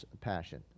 passion